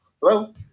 Hello